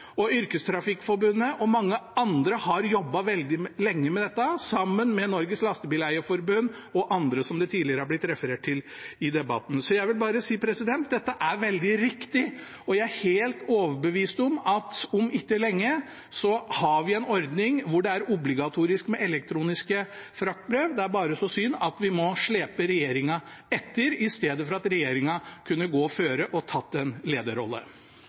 og mange andre har jobbet veldig lenge med dette sammen med Norges Lastebileier-Forbund og andre, som det tidligere har blitt referert til i debatten. Jeg vil bare si at dette er veldig riktig, og jeg er helt overbevist om at om ikke lenge har vi en ordning der det er obligatorisk med elektroniske fraktbrev. Det er bare så synd at vi må slepe regjeringen etter istedenfor at regjeringen kunne gått foran og tatt en lederrolle.